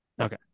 Okay